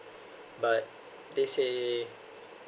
but they say